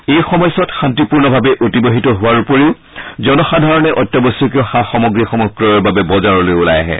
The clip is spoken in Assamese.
এই সময়চোৱা শান্তিপূৰ্ণভাৱে অতিবাহিত হোৱাৰ উপৰিও জনসাধাৰণে অত্যাৱশ্যকীয় সা সামগ্ৰীসমূহ ক্ৰয়ৰ বাবে বজাৰলৈ ওলাই আহে